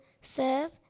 serve